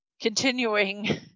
continuing